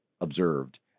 observed